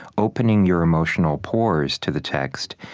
opening your emotional pores to the text,